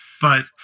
But-